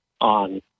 on